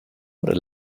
what